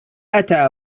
أتى